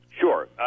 Sure